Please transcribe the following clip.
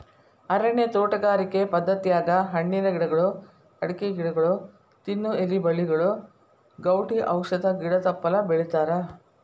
ಅರಣ್ಯ ತೋಟಗಾರಿಕೆ ಪದ್ಧತ್ಯಾಗ ಹಣ್ಣಿನ ಗಿಡಗಳು, ಅಡಕಿ ಗಿಡಗೊಳ, ತಿನ್ನು ಎಲಿ ಬಳ್ಳಿಗಳು, ಗೌಟಿ ಔಷಧ ಗಿಡ ತಪ್ಪಲ ಬೆಳಿತಾರಾ